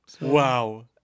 Wow